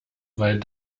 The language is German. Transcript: weil